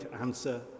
answer